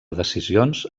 decisions